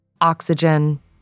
oxygen